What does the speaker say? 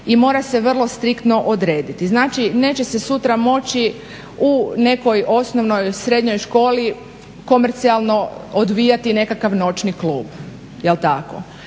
i mora se vrlo striktno odrediti. Znači, neće se sutra moći u nekoj osnovnoj ili srednjoj školi komercijalno odvijati nekakav noćni klub jel' tako?